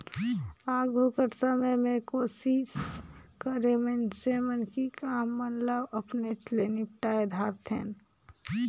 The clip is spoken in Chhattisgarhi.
आघु कर समे में कोसिस करें मइनसे मन कि काम मन ल अपनेच ले निपटाए धारतेन